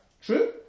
True